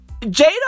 Jada